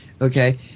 Okay